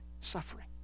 suffering